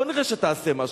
בוא נראה שתעשה משהו.